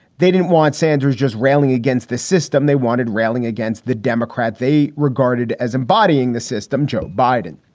they didn't want sanders just railing against the system. they wanted railing against the democrat. they regarded as embodying the system joe biden.